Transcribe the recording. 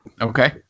Okay